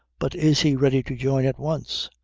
but is he ready to join at once?